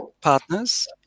partners